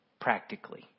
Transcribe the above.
Practically